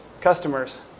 customers